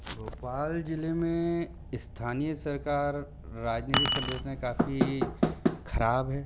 भोपाल ज़िले में स्थानीय सरकार राजनीतिक संरचना काफ़ी खराब है